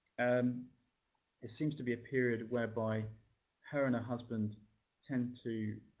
um ah seems to be a period whereby her and her husband tend to